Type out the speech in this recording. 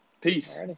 Peace